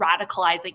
radicalizing